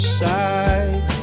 side